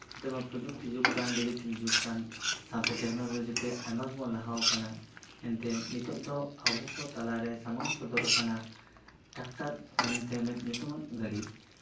ᱱᱤᱛᱚᱜ ᱢᱟ ᱯᱨᱚᱡᱩᱠᱛᱤ ᱡᱩᱜᱽ ᱠᱟᱱ ᱰᱤᱡᱤᱴᱟᱞ ᱡᱩᱜᱽ ᱠᱟᱱ ᱥᱟᱶᱛᱮ ᱴᱮᱠᱱᱳᱞᱚᱡᱤ ᱛᱮ ᱟᱭᱢᱟ ᱜᱮᱵᱚᱱ ᱞᱟᱦᱟᱣ ᱟᱠᱟᱱᱟ ᱮᱱᱛᱮᱜ ᱱᱤᱛᱚᱜ ᱫᱚ ᱟᱵᱚ ᱠᱚ ᱛᱟᱞᱟᱨᱮ ᱥᱟᱢᱟᱝ ᱥᱚᱫᱚᱨ ᱟᱠᱟᱱᱟ ᱴᱮᱠᱴᱟᱨ ᱢᱮᱱᱛᱮ ᱢᱤᱫ ᱧᱩᱛᱩᱢᱟᱱ ᱜᱟᱹᱰᱤ